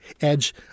edge